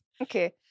Okay